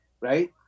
right